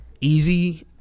easy